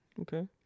Okay